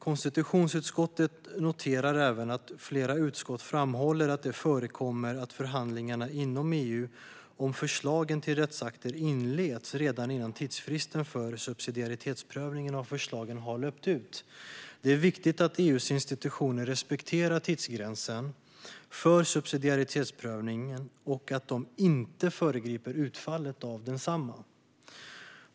Konstitutionsutskottet noterar även att flera utskott framhåller att det förekommer att förhandlingarna inom EU om förslagen till rättsakter inleds redan innan tidsfristen för subsidiaritetsprövningen av förslagen har löpt ut. Det är viktigt att EU:s institutioner respekterar tidsgränsen för subsidiaritetsprövningen och att de inte föregriper utfallet av den.